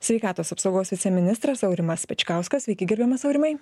sveikatos apsaugos viceministras aurimas pečkauskas sveiki gerbiamas aurimai